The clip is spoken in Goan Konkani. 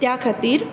त्या खातीर